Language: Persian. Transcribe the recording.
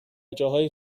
جاهای